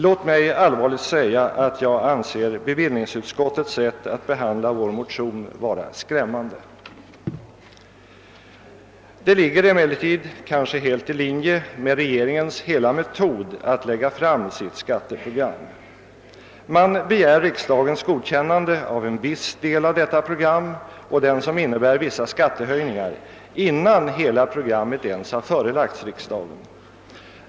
Låt mig allvarligt säga att jag anser bevillningsutskottets sätt att behandla våra motioner vara skrämmande. Det ligger emellertid kanske helt i linje med regeringens metod att lägga fram sitt skatteprogram. Man begär riksdagens godkännande av en viss del av detta program — den som innebär vissa skattehöjningar — innan hela programmet ens förelagts riksdagen.